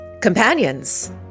Companions